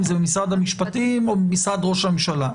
אם זה במשרד המשפטים או במשרד ראש הממשלה.